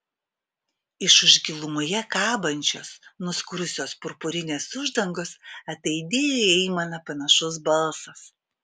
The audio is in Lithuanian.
iš už gilumoje kabančios nuskurusios purpurinės uždangos ataidėjo į aimaną panašus balsas